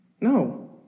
No